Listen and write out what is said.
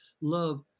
love